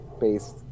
based